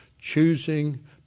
choosing